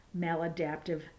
maladaptive